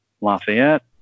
Lafayette